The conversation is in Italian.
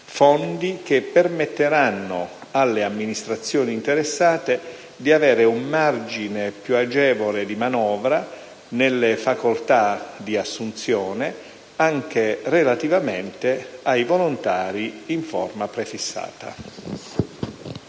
fondi che permetteranno alle amministrazioni interessate di avere un margine più agevole di manovra nelle facoltà di assunzione, anche relativamente ai volontari in ferma prefissata.